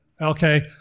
Okay